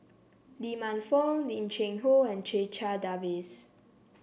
Lee Man Fong Lim Cheng Hoe and Checha Davies